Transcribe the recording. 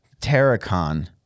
Terracon